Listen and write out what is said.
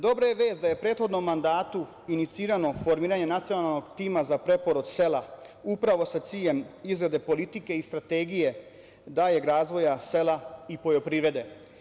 Dobra je vest da je prethodnom mandatu inicirano formiranje Nacionalnog tima za preporod sela, upravo sa ciljem izrade politike i strategije daljeg razvoja sela i poljoprivrede.